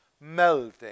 melting